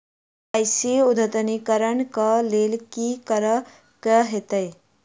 KYC अद्यतनीकरण कऽ लेल की करऽ कऽ हेतइ?